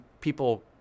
people